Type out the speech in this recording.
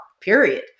period